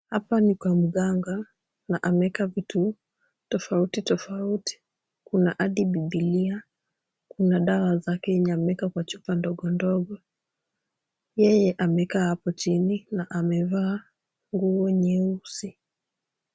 Hapa ni kwa mganga na ameweka vitu tofauti tofauti, kuna hadi bibilia, kuna dawa zake yenye ameeka kwa chupa ndogo ndogo, yeye amekaa hapo chini na amevaa nguo nyeusi.